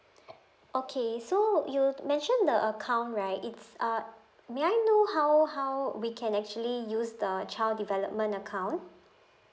okay so you mention the account right it's uh may I know how how we can actually use the child development account